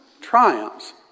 triumphs